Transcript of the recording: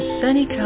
sunny